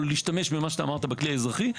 או להשתמש במה שאתה אמרת בכלי האזרחי,